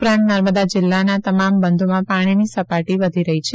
ઉપરાંત નર્મદા જિલ્લાના તમામ બંધોમાં પાણીની સપાટી વધી રહી છે